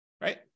right